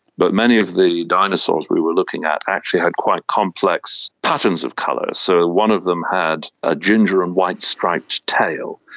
but many of the dinosaurs we were looking at actually had quite complex patterns of colours. so, one of them had a ginger and white striped tail.